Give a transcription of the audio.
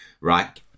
right